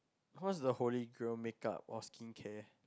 what's the holy grail make-up or skincare